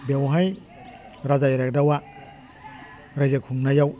बेवहाय राजा इरागदावा रायजो खुंनायाव